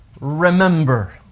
remember